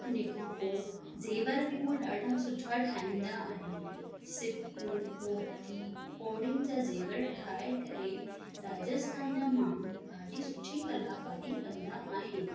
उनेखां पोइ ज़ेवर बि उहो ॾाढा सुठा ठाहींदा आहिनि सीपूं मोती कोड़ियुनि जा ज़ेवर ठाहे करे राजस्थान जा माण्हू ॾाढी सुठी कलाकारी कंदा आहिनि